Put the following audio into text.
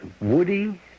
Woody